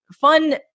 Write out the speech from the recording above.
fun